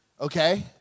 okay